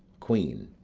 queen.